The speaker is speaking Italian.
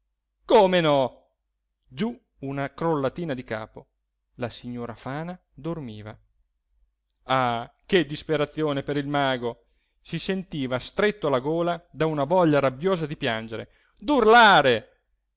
come no giù una crollatina di capo la signora fana dormiva ah che disperazione per il mago si sentiva stretto alla gola da una voglia rabbiosa di piangere d'urlare